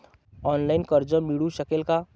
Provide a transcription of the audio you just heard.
Online कर्ज मिळू शकेल का?